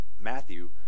Matthew